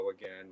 again